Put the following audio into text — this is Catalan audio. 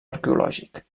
arqueològic